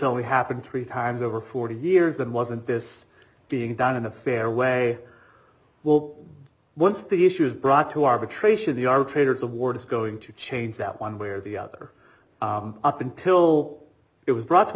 only happened three times over forty years then wasn't this being done in a fair way well once the issue is brought to arbitration the arbitrators award is going to change that one way or the other up until it was brought to